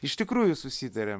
iš tikrųjų susitarėm